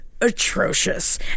atrocious